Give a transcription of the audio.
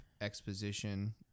exposition